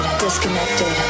disconnected